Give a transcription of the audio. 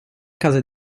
case